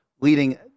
Leading